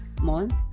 month